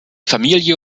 familie